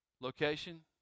location